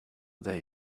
they